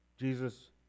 Jesus